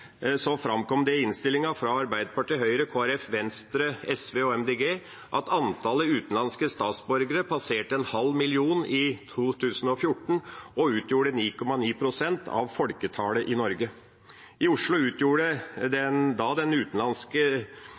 framkom det i innstillinga fra Arbeiderpartiet, Høyre, Kristelig Folkeparti, Venstre, SV og MDG at antallet utenlandske statsborgere passerte en halv million i 2014 og utgjorde 9,9 pst. av folketallet i Norge. I Oslo utgjorde da antallet utenlandske